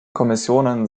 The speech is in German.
kommissionen